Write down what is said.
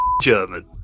German